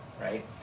right